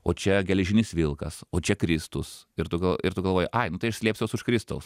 o čia geležinis vilkas o čia kristus ir tu gal ir tu galvoji ai tai aš slėpsiuos už kristaus